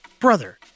brother